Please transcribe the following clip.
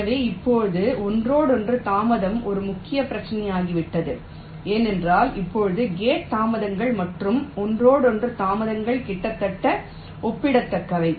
எனவே இப்போது ஒன்றோடொன்று தாமதம் ஒரு முக்கிய பிரச்சினையாகிவிட்டது ஏனெனில் இப்போது கேட் தாமதங்கள் மற்றும் ஒன்றோடொன்று தாமதங்கள் கிட்டத்தட்ட ஒப்பிடத்தக்கவை